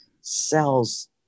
cells